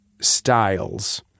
styles